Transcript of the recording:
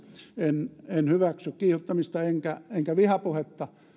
en en hyväksy kiihottamista enkä enkä vihapuhetta